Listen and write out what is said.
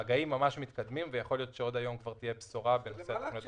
ממש מתקדמים ויכול להיות שעוד היום כבר תהיה בשורה בנושא התוכניות